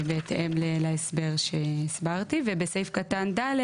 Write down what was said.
בהתאם להסבר שהסברתי, ובסעיף קטן ד'